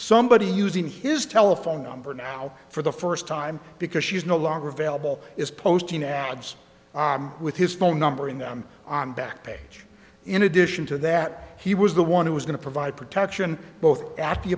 somebody using his telephone number now for the first time because she's no longer available is posting ads with his phone number in them on back page in addition to that he was the one who was going to provide protection both at the